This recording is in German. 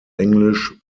englisch